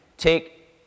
Take